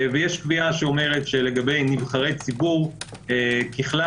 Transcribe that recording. ויש קביעה שאומרת לגבי נבחרי ציבור ככלל,